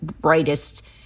brightest